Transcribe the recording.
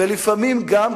ולפעמים גם,